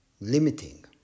limiting